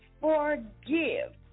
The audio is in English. forgive